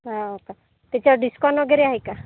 हो का त्याच्यावर डिसकाँट वगैरे आहे का